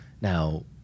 Now